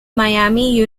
miami